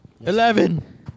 Eleven